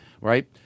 right